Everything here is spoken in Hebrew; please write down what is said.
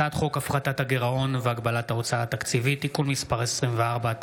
הצעת חוק הפחתת הגירעון והגבלת ההוצאה התקציבית (תיקון מס' 24),